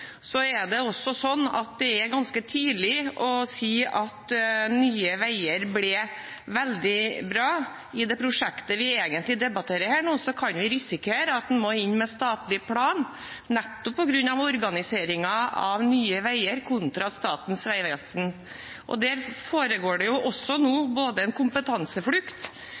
Så er det også slik at det er ganske tidlig å si at Nye Veier ble veldig bra. I det prosjektet vi egentlig debatterer her, kan vi risikere at en må inn med statlig plan, nettopp på grunn av organiseringen av Nye Veier kontra Statens vegvesen. Der er det nå en kompetanseflukt,